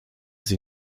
sie